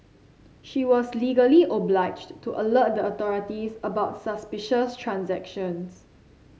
she was legally obliged to alert the authorities about suspicious transactions